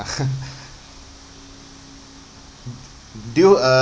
do you uh